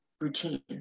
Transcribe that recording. routine